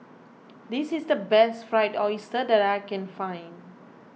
this is the best Fried Oyster that I can find